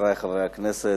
חברי חברי הכנסת,